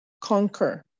conquer